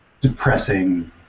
depressing